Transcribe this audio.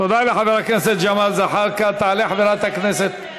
פרס נובל, פרס נובל.